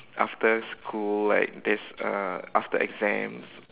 after school like there's uh after exams